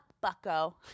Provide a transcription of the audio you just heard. bucko